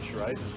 right